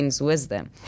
wisdom